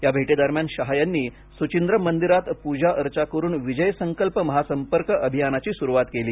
या भेटीदरम्यान शहा यांनी सुचिंद्रम मंदिरात पूजा अर्चा करून विजय संकल्प महासंपर्क अभियानाची सुरवात केली